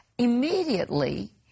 Immediately